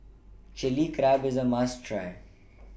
Chili Crab IS A must Try